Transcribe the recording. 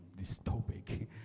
dystopic